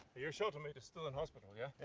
your shoulder meat is still in hospital. yeah, yeah,